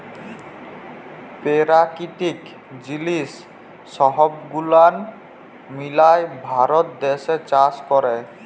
পেরাকিতিক জিলিস সহব গুলান মিলায় ভারত দ্যাশে চাষ ক্যরে